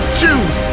choose